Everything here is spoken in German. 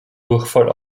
durchfall